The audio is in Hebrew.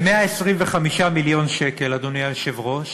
ב-125 מיליון שקל, אדוני היושב-ראש,